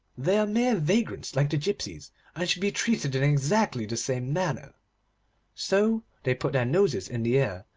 they are mere vagrants like the gipsies, and should be treated in exactly the same manner so they put their noses in the air,